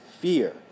fear